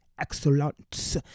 excellence